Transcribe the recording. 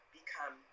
become